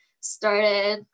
started